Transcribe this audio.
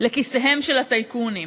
לכיסיהם של הטייקונים.